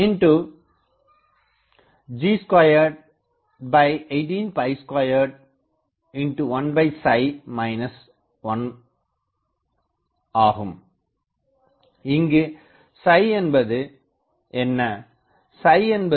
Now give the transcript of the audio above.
இங்கு என்பது என்ன